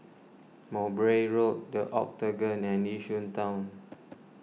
Mowbray Road the Octagon and Yishun Town